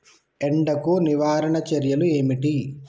ఎండకు నివారణ చర్యలు ఏమిటి?